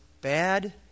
bad